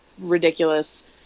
ridiculous